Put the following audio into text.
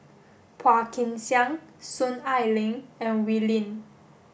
Phua Kin Siang Soon Ai Ling and Wee Lin